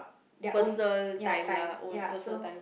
their own ya time ya so